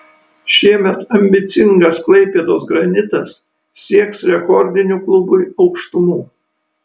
šiemet ambicingas klaipėdos granitas sieks rekordinių klubui aukštumų